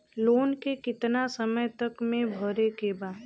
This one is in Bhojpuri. लोन के कितना समय तक मे भरे के बा?